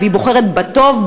היא בוחרת בטוב,